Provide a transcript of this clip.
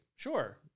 Sure